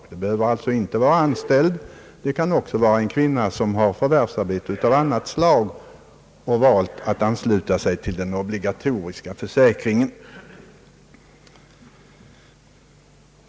Kvinnan behöver alltså inte vara anställd, utan hon kan också ha förvärvsarbete av annat slag och ha valt att ansluta sig till den obligatoriska försäkringen.